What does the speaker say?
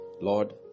Lord